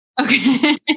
Okay